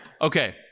Okay